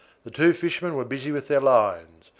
the two fishermen were busy with their lines,